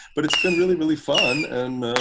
but it's been really, really fun and,